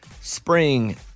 Spring